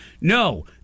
No